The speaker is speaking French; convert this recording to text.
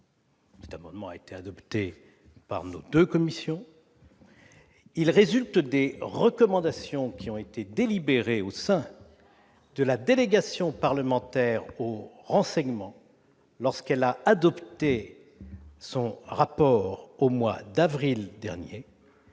Celui-ci a été adopté par nos deux commissions. Il résulte des recommandations délibérées au sein de la délégation parlementaire au renseignement, lorsqu'elle a adopté son rapport au mois d'avril dernier.